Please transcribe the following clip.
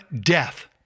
death